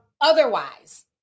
otherwise